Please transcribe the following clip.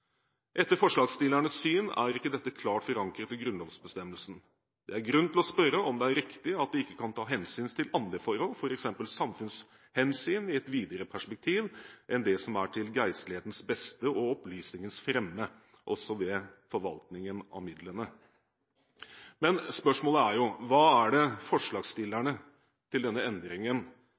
Etter forslagsstillernes syn er ikke dette klart forankret i grunnlovsbestemmelsen. Det er grunn til å spørre om det er riktig at det ikke kan tas hensyn til andre forhold – for eksempel samfunnshensyn i et videre perspektiv – enn det som er til «Geistlighedens Bedste og Oplysningens Fremme» også ved forvaltningen av midlene.» Spørsmålet er: Hva er det forslagsstillerne til denne endringen